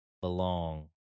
belong